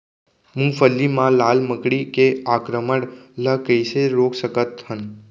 मूंगफली मा लाल मकड़ी के आक्रमण ला कइसे रोक सकत हन?